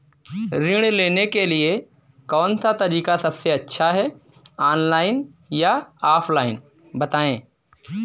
ऋण लेने के लिए कौन सा तरीका सबसे अच्छा है ऑनलाइन या ऑफलाइन बताएँ?